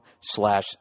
slash